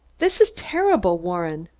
this is terrible, warren.